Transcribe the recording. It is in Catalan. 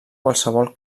qualsevol